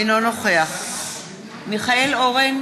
אינו נוכח מיכאל אורן,